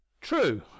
true